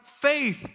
faith